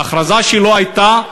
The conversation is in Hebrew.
ההכרזה שלו הייתה: